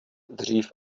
dřív